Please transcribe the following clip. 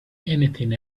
anything